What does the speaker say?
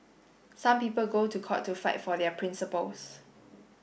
some people go to court to fight for their principles